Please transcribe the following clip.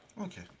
Okay